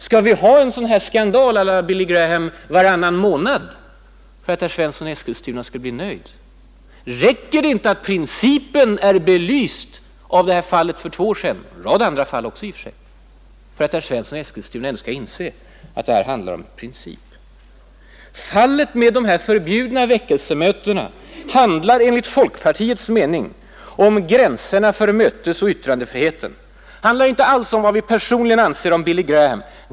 Skall vi ha en skandal å la Billy Graham varannan månad för att herr Svensson skall bli nöjd? Räcker det inte att principen blivit belyst av detta fall för två år sedan — av en rad andra fall också, i och för sig — för att herr Svensson i Eskilstuna skall inse att det handlar om en princip? Fallet med de förbjudna väckelsemötena handlar, enligt folkpartiets mening, om gränserna för mötesoch yttrandefriheten. Det handlar inte alls om vad vi personligen anser om Billy Graham.